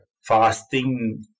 fasting